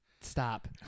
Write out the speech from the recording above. Stop